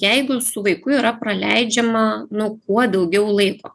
jeigu su vaiku yra praleidžiama nuo kuo daugiau laiko